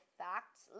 facts